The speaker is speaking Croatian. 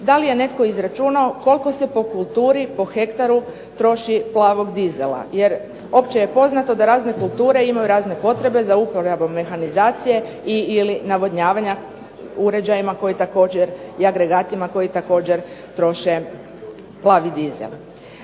Da li je netko izračunao koliko se po kulturi, po hektaru troši plavog dizela. Jer opće je poznato da razne kulture imaju razne potrebe za uporabom mehanizacije i/ili navodnjavanja uređajima koji također i agregatima koji također troše plavi dizel.